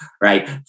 right